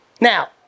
Now